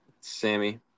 Sammy